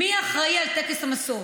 מי אחראי לטקס המשואות?